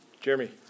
Jeremy